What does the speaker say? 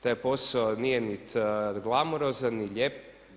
Taj posao nije niti glamurozan, niti lijep.